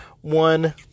one